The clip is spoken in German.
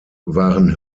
waren